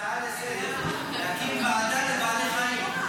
הצעה לסדר-היום, להקים ועדה לבעלי חיים.